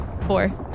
Four